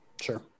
Sure